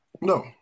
No